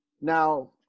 Now